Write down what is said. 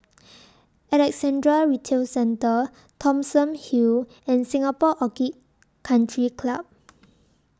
Alexandra Retail Centre Thomson Hill and Singapore Orchid Country Club